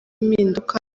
impinduka